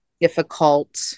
difficult